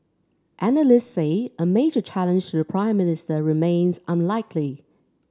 analysts say a major challenge to the Prime Minister remains unlikely